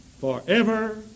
forever